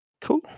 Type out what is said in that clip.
Cool